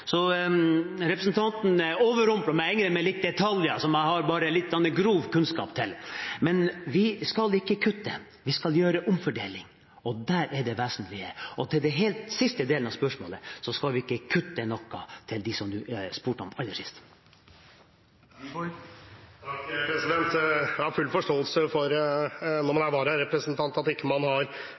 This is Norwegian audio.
Så representanten Wiborg overrumpler meg egentlig med en del detaljer som jeg har bare litt grov kunnskap om. Men vi skal ikke kutte. Vi skal omfordele, og det er det vesentlige. Til den siste delen av spørsmålet: Vi skal ikke kutte noe til dem som representanten spurte om aller sist. Jeg har full forståelse for at man, når man er vararepresentant, ikke har